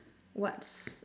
what's